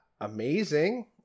amazing